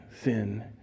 sin